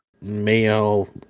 Mayo